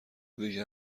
دیگه